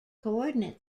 coordinate